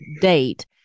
date